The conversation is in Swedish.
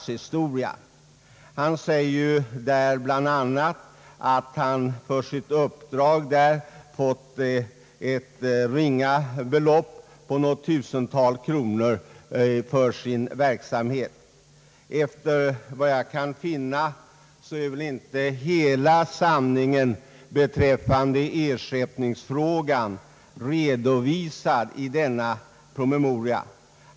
Han säger bland annat att han för sitt uppdrag fått ett ringa belopp på något tusental kronor. Såvitt jag kan finna är inte hela sanningen om ersättningsfrågan redovisad i denna promemoria.